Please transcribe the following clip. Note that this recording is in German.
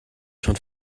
schon